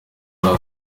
atari